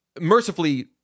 Mercifully